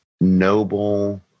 noble